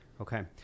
Okay